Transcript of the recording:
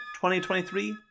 2023